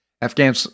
Afghan